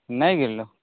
नहि गेलो